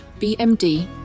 BMD